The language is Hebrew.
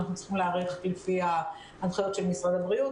אנחנו צריכים להיערך לפי ההנחיות של משרד הבריאות,